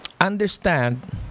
understand